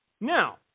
Now